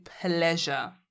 pleasure